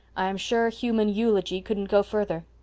i'm sure human eulogy couldn't go further.